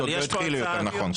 עוד לא התחילה, יותר נכון.